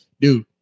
Dude